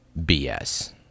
BS